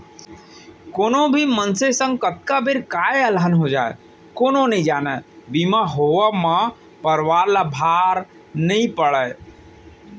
कोनो भी मनसे संग कतका बेर काय अलहन हो जाय कोनो नइ जानय बीमा होवब म परवार ल भार नइ पड़य